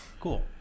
cool